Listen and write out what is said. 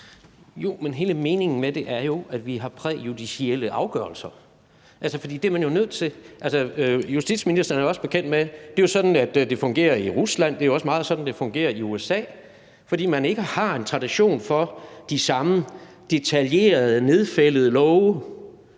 Jo, men hele meningen med det er, at vi har præjudicielle afgørelser, for det er man jo nødt til. Justitsministeren er jo også bekendt med, at det er sådan, det fungerer i Rusland. Det er også meget sådan, det fungerer i USA, fordi man ikke har en tradition for de samme detaljerede nedfældede love,